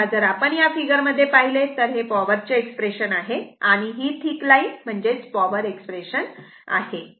तेव्हा जर आपण या फिगर मध्ये पाहिले तर हे पॉवर चे एक्स्प्रेशन आहे ही थिक लाईन म्हणजेच पॉवर एक्सप्रेशन आहे